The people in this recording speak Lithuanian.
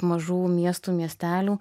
mažų miestų miestelių